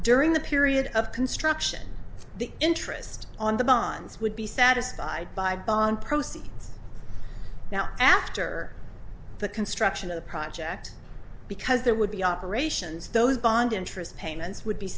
during the period of construction the interest on the bonds would be satisfied by bond proceeds now after the construction of the project because there would be operations those bond interest payments